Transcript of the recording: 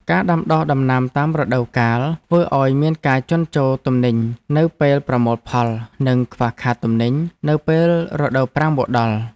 ការដាំដុះដំណាំតាមរដូវកាលធ្វើឱ្យមានការជន់ជោរទំនិញនៅពេលប្រមូលផល និងខ្វះខាតទំនិញនៅពេលរដូវប្រាំងមកដល់។